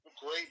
great